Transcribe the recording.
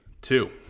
two